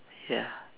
ya